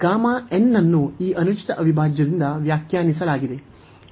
gamma n ಅನ್ನು ಈ ಅನುಚಿತ ಅವಿಭಾಜ್ಯದಿಂದ ವ್ಯಾಖ್ಯಾನಿಸಲಾಗಿದೆ